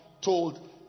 told